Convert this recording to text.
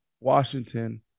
Washington